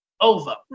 over